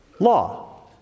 law